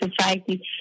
society